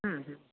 ह्म् ह्म्